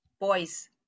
boys